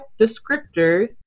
descriptors